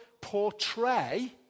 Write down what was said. portray